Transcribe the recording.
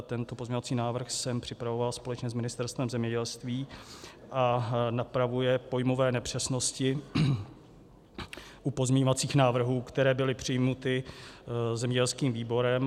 Tento pozměňovací návrh jsem připravoval společně s Ministerstvem zemědělství a napravuje pojmové nepřesnosti u pozměňovacích návrhů, které byly přijaty zemědělským výborem.